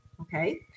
okay